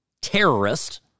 terrorist